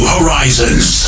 Horizons